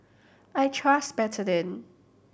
I trust Betadine